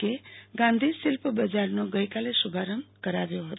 કે ગાંધી શિલ્પ બજારનો ગઈકાલે શુભારંભ કરાવ્યો હતો